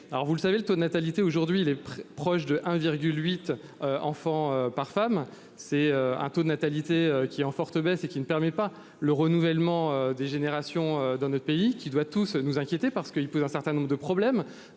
Alors vous le savez, le taux de natalité aujourd'hui il est proche de 1,8 enfants par femme. C'est un taux de natalité qui est en forte baisse et qui ne permet pas le renouvellement des générations dans notre pays qui doit tous nous inquiéter parce qu'il pose un certain nombre de problèmes,